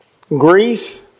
grief